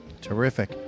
Terrific